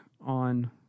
on